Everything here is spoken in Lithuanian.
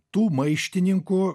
tų maištininkų